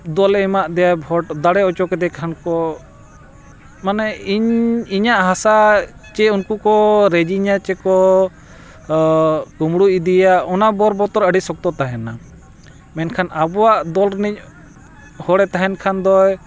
ᱫᱚᱞᱮ ᱮᱢᱟᱜ ᱫᱮᱭᱟ ᱵᱷᱳᱴ ᱫᱟᱲᱮ ᱦᱚᱪᱚ ᱠᱮᱫᱮ ᱠᱷᱟᱱ ᱠᱚ ᱢᱟᱱᱮ ᱤᱧ ᱤᱧᱟᱹᱜ ᱦᱟᱥᱟ ᱪᱮ ᱩᱱᱠᱩ ᱠᱚ ᱨᱮᱡᱤᱧᱟ ᱪᱮᱠᱚ ᱠᱩᱢᱲᱩ ᱤᱫᱤᱭᱟ ᱚᱱᱟ ᱵᱚᱨ ᱵᱚᱛᱚᱨ ᱟᱹᱰᱤ ᱥᱚᱠᱛᱚ ᱛᱟᱦᱮᱱᱟ ᱢᱮᱱᱠᱷᱟᱱ ᱟᱵᱚᱣᱟᱜ ᱫᱚᱞ ᱨᱤᱱᱤᱡ ᱦᱚᱲᱮ ᱛᱟᱦᱮᱱ ᱠᱷᱟᱱ ᱫᱚᱭ